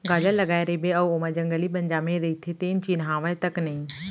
गाजर लगाए रइबे अउ ओमा जंगली बन जामे रइथे तेन चिन्हावय तक नई